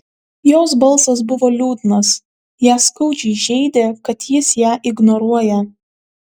jos balsas buvo liūdnas ją skaudžiai žeidė kad jis ją ignoruoja